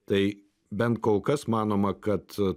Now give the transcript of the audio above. tai bent kol kas manoma kad